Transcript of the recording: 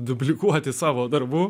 dublikuoti savo darbų